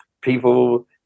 People